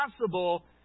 possible